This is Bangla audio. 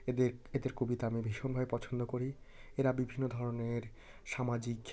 এদের এদের কবিতা আমি ভীষণভাবে পছন্দ করি এরা বিভিন্ন ধরনের সামাজিক